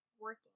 working